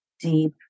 deep